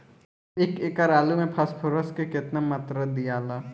एक एकड़ आलू मे फास्फोरस के केतना मात्रा दियाला?